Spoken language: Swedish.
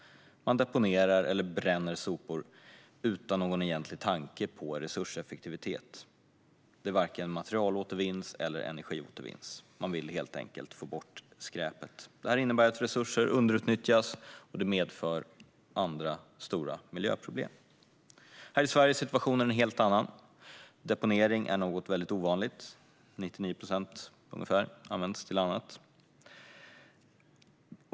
Man deponerar eller bränner sopor utan någon egentlig tanke på resurseffektivitet. Avfallet varken materialåtervinns eller energiåtervinns. Man vill helt enkelt bara få bort skräpet. Detta innebär att resurser underutnyttjas, och det medför andra stora miljöproblem. Här i Sverige är situationen en helt annan. Deponering är väldigt ovanligt. Ungefär 99 procent används till annat.